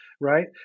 right